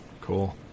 Cool